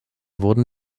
wurden